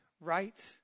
Right